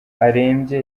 arembye